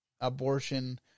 abortion